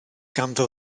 ganddo